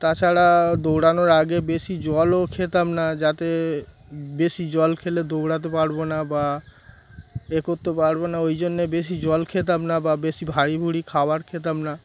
তাছাড়া দৌড়ানোর আগে বেশি জলও খেতাম না যাতে বেশি জল খেলে দৌড়াতে পারবো না বা এ করতে পারবো না ওই জন্যে বেশি জল খেতাম না বা বেশি ভারী ভুরি খাবার খেতাম না